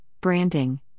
branding